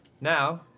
Now